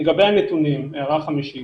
לגבי הנתונים, הערה חמישית